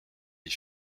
les